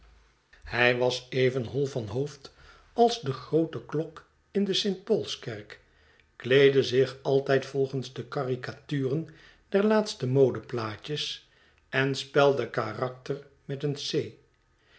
hij was even hoi van hoofd als de groote klok in de st paulskerk kleedde zich altijd volgens de caricaturen der laatste modeplaatjes en spelde karakter met een c